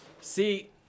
See